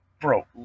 Bro